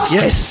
Yes